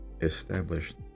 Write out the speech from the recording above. established